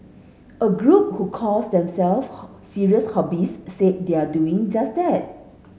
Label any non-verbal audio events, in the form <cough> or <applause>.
a group who calls them self <unintelligible> serious hobbyists say they are doing just that